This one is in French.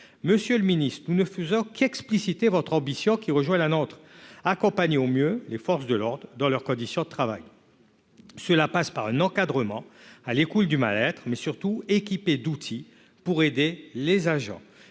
Monsieur le ministre, nous ne faisons qu'expliciter votre ambition, qui rejoint la nôtre : mieux accompagner les forces de l'ordre dans leurs conditions de travail. Cela passe par un encadrement à l'écoute du mal-être, avec des outils pour aider les agents.